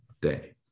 day